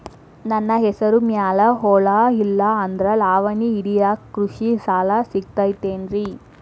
ನನ್ನ ಹೆಸರು ಮ್ಯಾಲೆ ಹೊಲಾ ಇಲ್ಲ ಆದ್ರ ಲಾವಣಿ ಹಿಡಿಯಾಕ್ ಕೃಷಿ ಸಾಲಾ ಸಿಗತೈತಿ ಏನ್ರಿ?